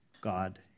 God